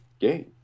game